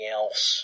else